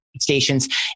stations